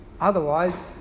Otherwise